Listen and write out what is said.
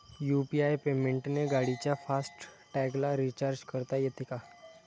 UPI पेमेंटने गाडीच्या fast टॅगला रिर्चाज करता येते का?